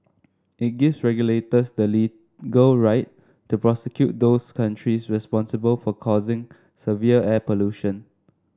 it gives regulators the legal right to prosecute those countries responsible for causing severe air pollution